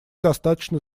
достаточно